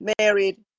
married